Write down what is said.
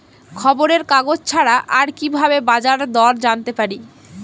খবরের কাগজ ছাড়া আর কি ভাবে বাজার দর জানতে পারি?